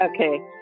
okay